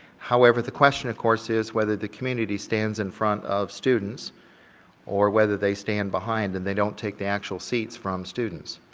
however, the question of course is whether the community stands in front of students or whether they stand behind and they don't take the actual seats from the students,